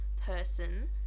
person